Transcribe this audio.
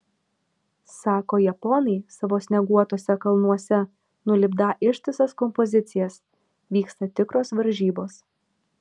sako japonai savo snieguotuose kalnuose nulipdą ištisas kompozicijas vyksta tikros varžybos